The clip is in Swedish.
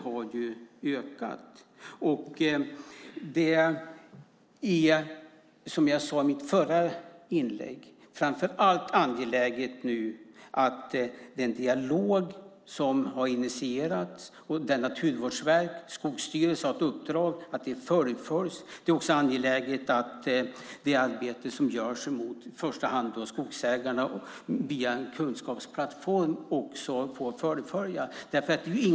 Som jag sade i mitt förra inlägg är det angeläget att den dialog som har initierats och där Naturvårdsverket och Skogsstyrelsen har ett uppdrag fullföljs. Det är också angeläget att det arbete som görs i första hand gentemot skogsägarna via en kunskapsplattform får fullföljas.